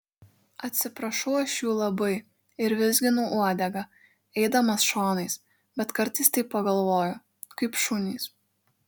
atsiprašau aš jų labai ir vizginu uodegą eidamas šonais bet kartais taip pagalvoju kaip šunys